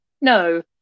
no